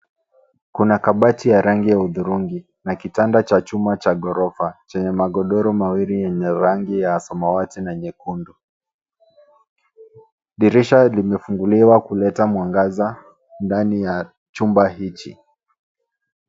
Kuna kabati ya rangi ya hudhurungi na kitanda cha chuma cha ghorofa chenye magodoro mawili yenye rangi ya samawati na nyekundu. Dirisha limefunguliwa kuleta mwangaza ndani ya chumba hiki.